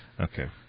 Okay